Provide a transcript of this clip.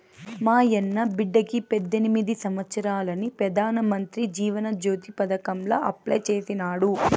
మాయన్న బిడ్డకి పద్దెనిమిది సంవత్సారాలని పెదానమంత్రి జీవన జ్యోతి పదకాంల అప్లై చేసినాడు